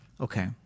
okay